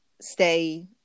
stay